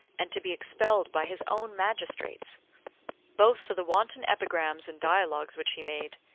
and to be expelled by his own magistrates both for the wanton epigrams and dialogues which he made,